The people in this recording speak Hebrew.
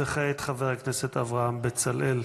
וכעת חבר הכנסת אברהם בצלאל.